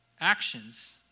actions